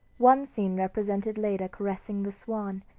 one scene represented leda caressing the swan,